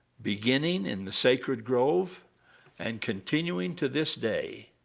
beginning in the sacred grove and continuing to this day,